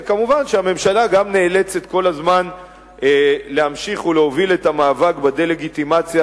ומובן שהממשלה גם נאלצת כל הזמן להמשיך ולהוביל את המאבק בדה-לגיטימציה